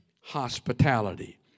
hospitality